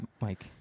Mike